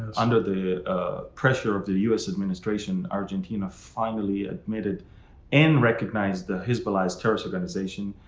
under the pressure of the us administration, argentina finally admitted and recognized that hezbollah is terrorist organization.